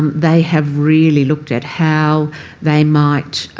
they have really looked at how they might